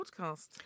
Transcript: podcast